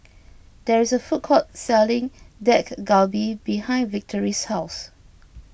there is a food court selling Dak Galbi behind Victory's house